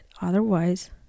Otherwise